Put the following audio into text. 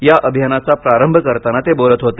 या अभियानाचा प्रारंभ करताना ते बोलत होते